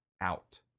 out